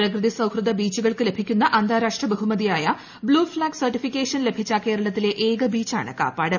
പ്രകൃതി സൌഹൃദ ബീച്ചുകൾക്ക് ലഭിക്കുന്ന അന്താരാഷ്ട്ര ബഹുമതിയായ ബ്ലൂ ഫ്ലാഗ് സർട്ടിഫിക്കേഷൻ ലഭിച്ച കേരളത്തിലെ ഏക ബീച്ചാണ് കാപ്പാട്